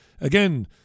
Again